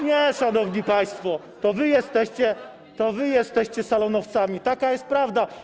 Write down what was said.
Nie, szanowni państwo, to wy jesteście, to wy jesteście salonowcami, taka jest prawda.